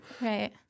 Right